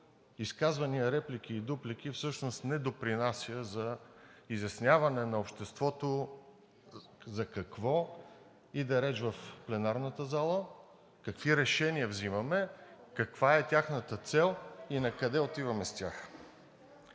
изказвания, реплики и дуплики всъщност не допринася за изясняване на обществото за какво иде реч в пленарната зала, какви решения взимаме, каква е тяхната цел и накъде отиваме с тях.